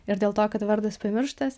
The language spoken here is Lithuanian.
ir dėl to kad vardas pamirštas